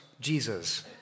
Jesus